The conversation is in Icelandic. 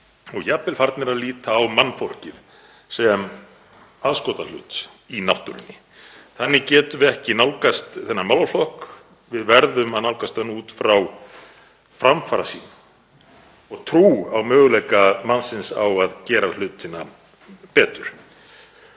og jafnvel farnir að líta á mannfólkið sem aðskotahlut í náttúrunni. Þannig getum við ekki nálgast þennan málaflokk. Við verðum að nálgast hann út frá framfarasýn og trú á möguleika mannsins á að gera hlutina betur.